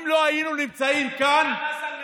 אם לא היינו נמצאים כאן, היה מס על ממותקים?